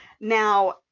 Now